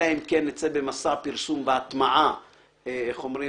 אלא אם נצא במסע פרסום והטמעה אחר.